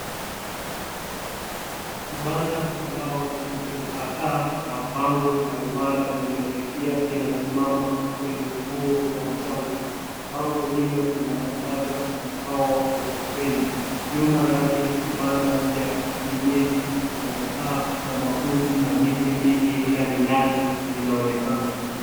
Kibanda cha mbao chilichochakaa na bango la duara lililofifia kinasimama kwenye ufuo wa mchanga. Bango hilo linatangaza mkahawa wa ufukweni. Nyuma yake vibanda vya kienyeji yenye paa za makuti na miti mingi ya minazi inaonekana.